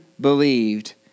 believed